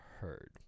heard